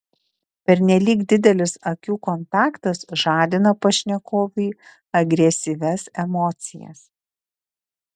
pernelyg didelis akių kontaktas žadina pašnekovui agresyvias emocijas